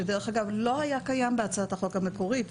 שדרך אגב לא היה קיים בהצעת החוק המקורית,